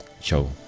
show